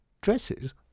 Dresses